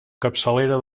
capçalera